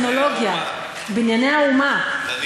הטכנולוגיה, בבנייני האומה.